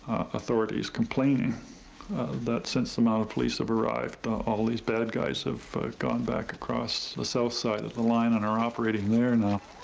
authorities complaining that since the mounted police have arrived all these bad guys have gone back across the south side of the line and are operating there now.